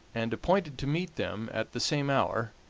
and appointed to meet them at the same hour,